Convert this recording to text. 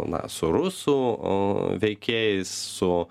na su rusų veikėjais su